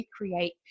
recreate